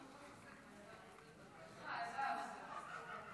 39 בעד, אין